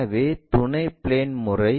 எனவே துணை பிளேன் முறை